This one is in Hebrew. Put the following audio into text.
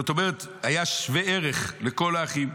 זאת אומרת, היה שווה ערך לכל האחים.